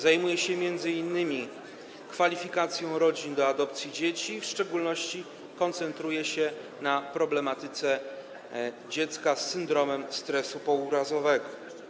Zajmuje się m.in. kwalifikacją rodzin do adopcji dzieci, w szczególności koncentruje się na problematyce dziecka z syndromem stresu pourazowego.